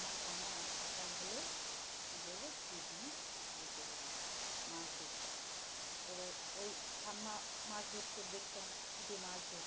আমার ঠাম্মা সকাল হলে কী করবে ছিপ নিয়ে বসে পড়বে মাছ ধরতে এবার ওই ঠাম্মা মাছ ধরত দেখতাম ছিপে মাছ ধরত